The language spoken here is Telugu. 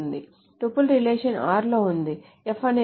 టూపుల్ రిలేషన్ r లో ఉంది F అనేది t తో పోలిస్తే